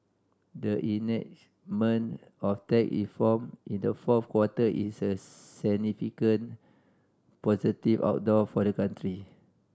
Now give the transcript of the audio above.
the enactment of tax reform in the fourth quarter is a significant positive outdoor for the country